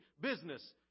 business